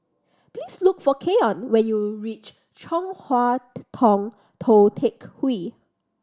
please look for Keion when you reach Chong Hua Tong Tou Teck Hwee